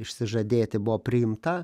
išsižadėti buvo priimta